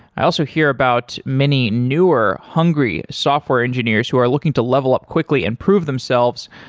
i also hear about many newer, hungry software engineers who are looking to level up quickly and prove themselves